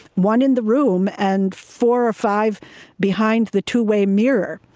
one in the room and four or five behind the two-way mirror.